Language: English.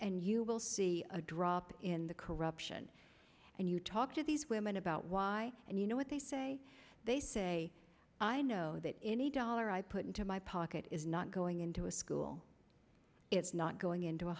and you will see a drop in the corruption and you talk to these women about why and you know what they say they say i know that any dollar i put into my pocket is not going into a school it's not going into a